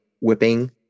whipping